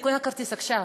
אני קונה כרטיס עכשיו.